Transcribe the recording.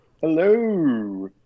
hello